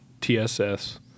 TSS